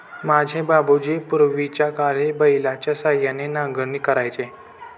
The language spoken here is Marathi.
माझे बाबूजी पूर्वीच्याकाळी बैलाच्या सहाय्याने नांगरणी करायचे